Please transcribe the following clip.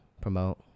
promote